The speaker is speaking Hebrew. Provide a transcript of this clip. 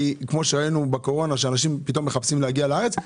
כי כמו שראינו בקורונה שאנשים פתאום מחפשים להגיע לארץ,